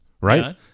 right